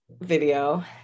video